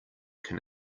can